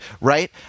right –